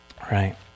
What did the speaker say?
Right